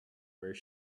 where